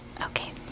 Okay